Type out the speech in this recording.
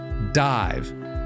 Dive